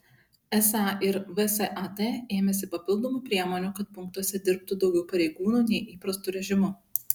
esą ir vsat ėmėsi papildomų priemonių kad punktuose dirbtų daugiau pareigūnų nei įprastu režimu